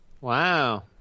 Wow